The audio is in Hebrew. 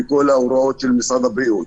לכל ההוראות של משרד הבריאות.